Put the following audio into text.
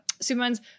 Superman's